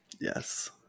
Yes